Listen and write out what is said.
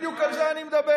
בדיוק על זה אני מדבר.